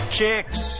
Chicks